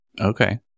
Okay